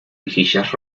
mejillas